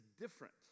different